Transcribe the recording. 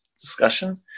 discussion